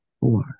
four